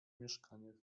mieszkaniach